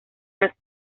las